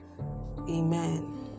Amen